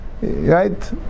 Right